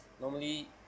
normally